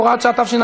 הוראת שעה),